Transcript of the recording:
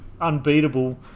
unbeatable